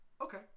Okay